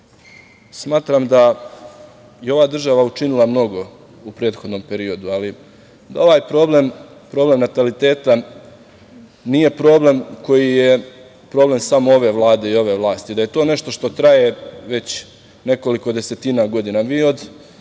smatram da je ova država učinila mnogo u prethodnom periodu ali ovaj problem, problem nataliteta nije problem koji je problem samo ove Vlade i ove vlasti, to je nešto što traje već nekoliko desetina godina.